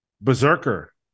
Berserker